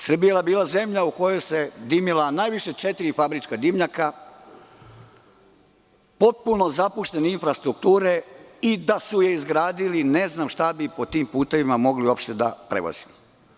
Srbija je bila zemlja u kojoj su se dimila najviše četiri fabrička dimnjaka, potpuno zapuštene infrastrukture i da su je izgradili ne znam šta bi po tim putevima moglo da se prevozi.